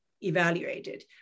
evaluated